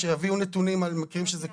בבקשה, שיביאו נתונים על מקרים שזה קורה.